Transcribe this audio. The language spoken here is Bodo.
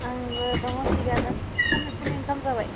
आंबो दङ थिगानो सानजौफुनि ओंखाम जाबाय